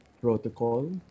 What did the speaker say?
protocol